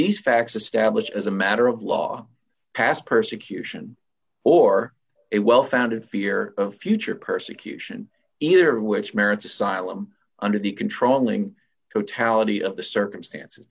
these facts established as a matter of law past persecution or it well founded fear of future persecution either of which merits asylum under the controlling totality of the circumstances